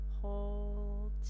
hold